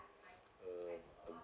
uh